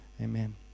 Amen